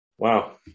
wow